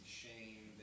shame